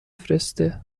فرسته